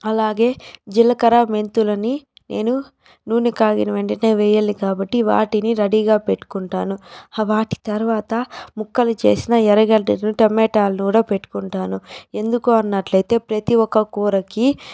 అలాగే జీలకర్ర మెంతులని నేను నూనె కాగిన వెంటనే వేయాలి కాబట్టి వాటిని రెడీగా పెట్టుకుంటాను ఆ వాటి తర్వాత ముక్కలు చేసిన ఎర్రగడ్డలను టమాటాలను కూడా పెట్టుకుంటాను ఎందుకన్నట్లయితే ప్రతి ఒక్క కూరకి